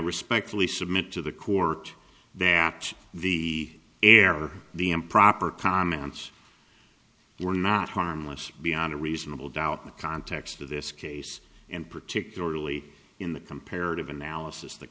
respectfully submit to the court batch the error the improper comments we're not harmless beyond a reasonable doubt the context of this case and particularly in the comparative analysis